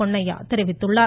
பொன்னையா தெரிவித்துள்ளார்